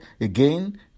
again